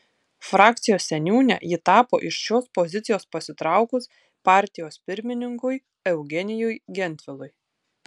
frakcijos seniūne ji tapo iš šios pozicijos pasitraukus partijos pirmininkui eugenijui gentvilui